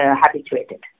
habituated